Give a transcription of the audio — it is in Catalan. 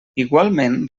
igualment